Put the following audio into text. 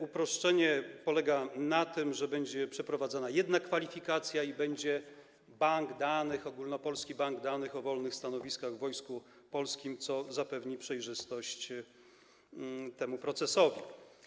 Uproszczenie polega na tym, że będzie przeprowadzona jedna kwalifikacja i będzie bank danych, ogólnopolski bank danych o wolnych stanowiskach w Wojsku Polskim, co zapewni przejrzystość temu procesowi.